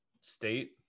state